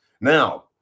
Now